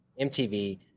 MTV